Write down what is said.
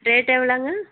rate எவ்வளோங்க